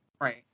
Right